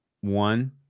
One